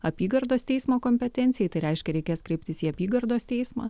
apygardos teismo kompetencijai tai reiškia reikės kreiptis į apygardos teismą